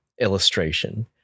illustration